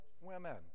women